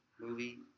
movie